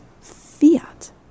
fiat